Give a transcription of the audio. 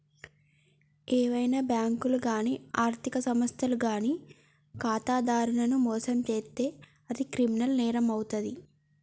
ఏవైనా బ్యేంకులు గానీ ఆర్ధిక సంస్థలు గానీ ఖాతాదారులను మోసం చేత్తే అది క్రిమినల్ నేరమవుతాది